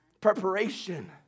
Preparation